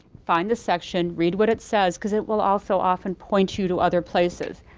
find the section, read what it says because it will also often point you to other places,